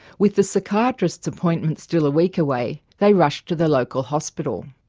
with the psychiatrist's appointment still a week away they rushed to the local hospital.